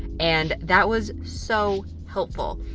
and that was so helpful,